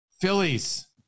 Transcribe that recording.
Phillies